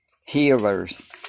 healers